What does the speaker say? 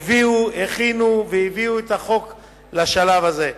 שהכינו והביאו את החוק לשלב הזה.